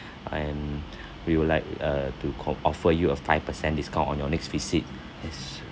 and we would like uh to com~ offer you a five percent discount on your next visit it's